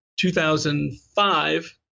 2005